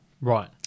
Right